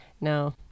No